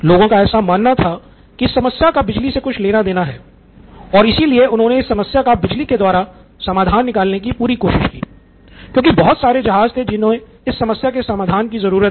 लोगों का ऐसा मानना था कि इस समस्या का बिजली से कुछ लेना देना है और इसलिए उन्होने इस समस्या का बिजली के द्वारा समाधान निकालने की पूरी कोशिश की क्योंकि बहुत सारे जहाज थे जिन्हें इस समस्या के समाधान की जरूरत थी